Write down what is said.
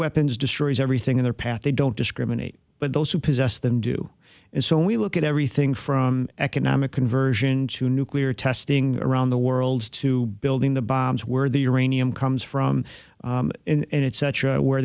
weapons destroys everything in their path they don't discriminate but those who possess them do and so we look at everything from economic conversion to nuclear testing around the world to building the bombs where the uranium comes from and it's such a where